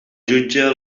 jutge